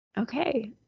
Okay